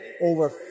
over